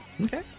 Okay